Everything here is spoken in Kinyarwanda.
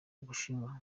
ubushinwa